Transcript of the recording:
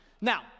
Now